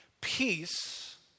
Peace